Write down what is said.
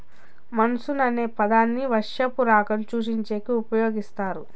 monsoon అనే పదాన్ని వర్షపు రాకను సూచించేకి ఉపయోగిస్తారు